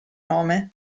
nome